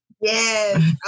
yes